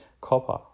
copper